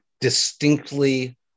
distinctly